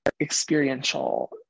experiential